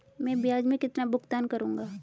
मैं ब्याज में कितना भुगतान करूंगा?